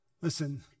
Listen